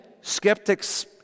skeptics